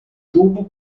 tubo